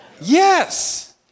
yes